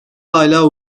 hala